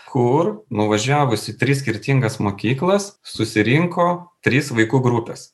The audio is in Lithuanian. kur nuvažiavus į tris skirtingas mokyklas susirinko trys vaikų grupės